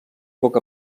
poc